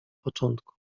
początku